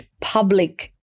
public